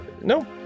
no